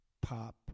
pop